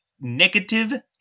negative